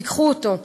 תיקחו אותו,